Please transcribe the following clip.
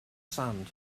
sand